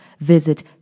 visit